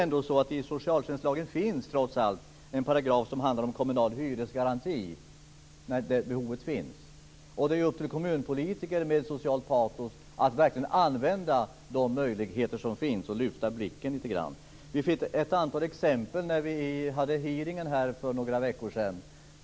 I socialtjänstlagen finns trots allt en paragraf som handlar om kommunal hyresgaranti. Det är upp till kommunpolitiker med ett socialt patos att verkligen använda de möjligheter som finns och lyfta blicken lite grann. Vi fick ett antal exempel när vi hade en hearing här för några veckor.